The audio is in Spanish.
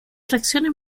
fracciones